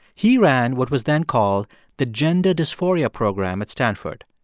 he ran what was then called the gender dysphoria program at stanford.